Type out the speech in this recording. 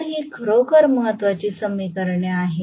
तर ही खरोखर महत्वाची समीकरणे आहेत